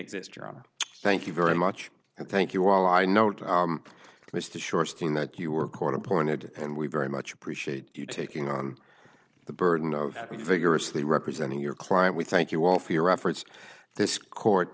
exist john thank you very much and thank you all i know mr short's thing that you were court appointed and we very much appreciate you taking on the burden of the figure asli representing your client we thank you all for your efforts this court